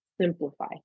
simplify